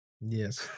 yes